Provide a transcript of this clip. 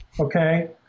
okay